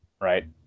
right